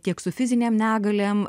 tiek su fizinėm negalėm